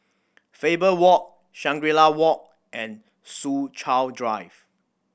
Faber Walk Shangri La Walk and Soo Chow Drive